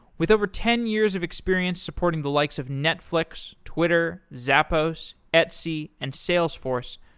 with over ten years of experience supporting the likes of netflix, twitter, zappos, etsy, and salesforce,